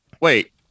wait